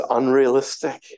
unrealistic